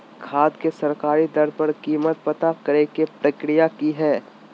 खाद के सरकारी दर पर कीमत पता करे के प्रक्रिया की हय?